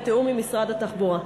בתיאום עם משרד התחבורה.